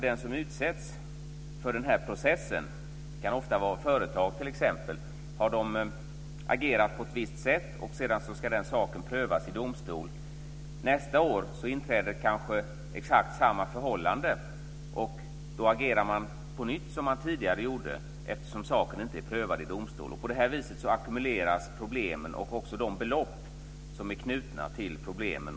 De som utsätts för den här processen är ofta företag t.ex. Ett företag kan ha agerat på ett visst sätt som sedan ska prövas i domstol. Nästa år inträder kanske exakt samma förhållande. Då agerar man på nytt som man tidigare gjorde eftersom saken inte är prövad i domstol. På det här viset ackumuleras problemen och också de belopp som är knutna till problemen.